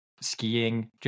skiing